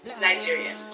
Nigerian